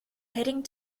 heading